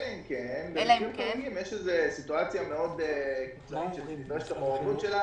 אלא אם כן יש איזו סיטואציה מאוד קיצונית שנדרשת המעורבות שלנו,